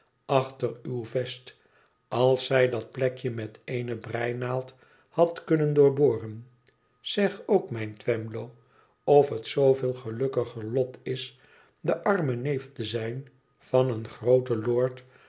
achter uw vest als zij dat plekje met eene breinaald had kunnen doorboren zeg ook mijn twemlow of het zooveel gelukiger lot is de arme neef te zijn van een grooten lord